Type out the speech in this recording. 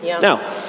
Now